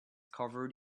covered